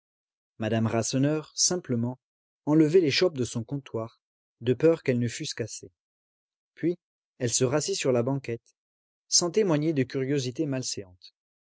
madame rasseneur simplement enlevait les chopes de son comptoir de peur qu'elles ne fussent cassées puis elle se rassit sur la banquette sans témoigner de curiosité malséante